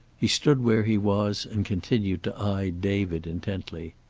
he stood where he was, and continued to eye david intently.